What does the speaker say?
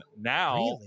Now –